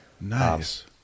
Nice